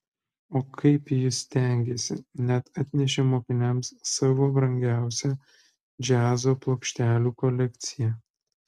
o kaip jis stengėsi net atnešė mokiniams savo brangiausią džiazo plokštelių kolekciją